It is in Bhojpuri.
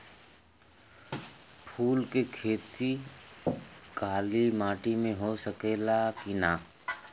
फूल के खेती काली माटी में हो सकेला की ना?